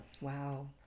wow